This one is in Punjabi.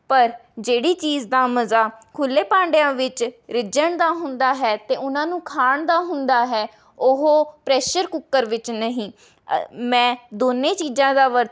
ਪਰ ਜਿਹੜੀ ਚੀਜ਼ ਦਾ ਮਜ਼ਾ ਖੁੱਲ੍ਹੇ ਭਾਂਡਿਆਂ ਵਿੱਚ ਰਿਝਣ ਦਾ ਹੁੰਦੀ ਹੈ ਅਤੇ ਉਨ੍ਹਾਂ ਨੂੰ ਖਾਣ ਦਾ ਹੁੰਦਾ ਹੈ ਉਹ ਪ੍ਰੈਸ਼ਰ ਕੁੱਕਰ ਵਿੱਚ ਨਹੀਂ ਮੈਂ ਦੋਨੇ ਚੀਜ਼ਾਂ ਦਾ ਵਰਤ